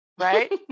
Right